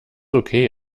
okay